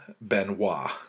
Benoit